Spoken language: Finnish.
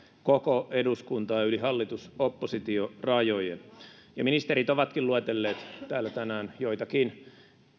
koko eduskuntaa yli hallitus oppositio rajojen ja ministerit ovatkin luetelleet täällä tänään joitakin